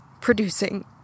producing